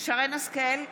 שרן מרים השכל,